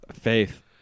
Faith